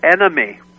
enemy